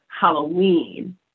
Halloween